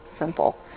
simple